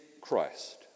Christ